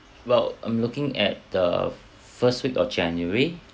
well I'm looking at the first week of january